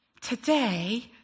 Today